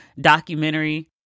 documentary